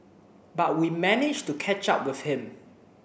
but we managed to catch up with him